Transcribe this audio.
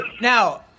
now